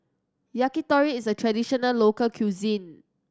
yakitori is a traditional local cuisine